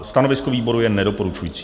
Stanovisko výboru je nedoporučující.